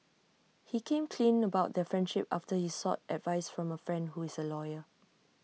he came clean about their friendship after he sought advice from A friend who is A lawyer